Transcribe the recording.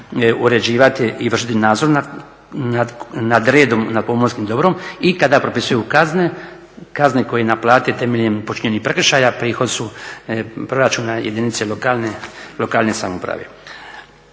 uređivati i vršiti nadzor nad redom nad pomorskim dobrom i kada propisuju kazne, kazne koje naplate temeljem počinjenih prekršaja prihod su proračuna jedinica lokalne samouprave.